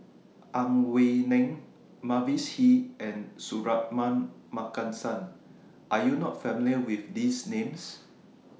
Ang Wei Neng Mavis Hee and Suratman Markasan Are YOU not familiar with These Names